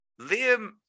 Liam